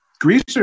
greaser